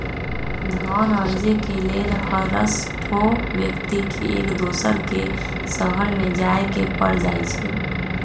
धन अरजे के लेल हरसठ्हो व्यक्ति के एक दोसर के शहरमें जाय के पर जाइ छइ